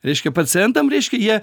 reiškia pacientam reiškia jie